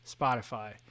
spotify